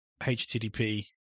HTTP